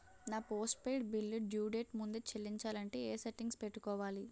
నా postpaid bill due date ముందే చెల్లించాలంటే ఎ సెట్టింగ్స్ పెట్టుకోవాలి?